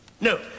No